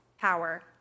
power